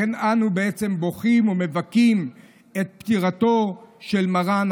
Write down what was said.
לכן אנו בוכים ומבכים את פטירתו של מר"ן,